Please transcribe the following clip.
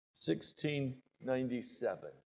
1697